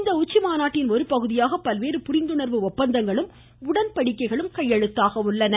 இந்த உச்சிமாநாட்டின் ஒருபகுதியாக பல்வேறு புரிந்துணர்வு ஒப்பந்தங்களும் உடன்படிக்கைகளும் கையெழுத்தாகவுள்ளன